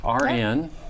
RN